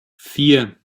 vier